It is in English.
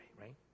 right